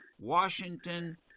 Washington